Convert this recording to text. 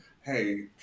hey